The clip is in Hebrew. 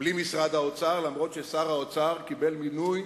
בלי משרד האוצר, נכון ששר האוצר קיבל מינוי